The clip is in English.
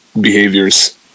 behaviors